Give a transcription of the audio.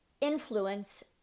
influence